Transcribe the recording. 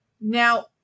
Now